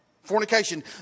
Fornication